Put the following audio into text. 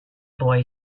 boy